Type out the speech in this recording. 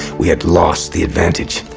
we had lost the advantage.